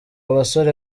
basore